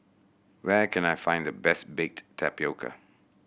where can I find the best baked tapioca